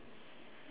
okay